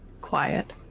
quiet